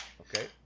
okay